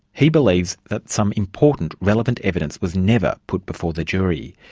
he believes that some important relevant evidence was never put before the jury.